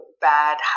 bad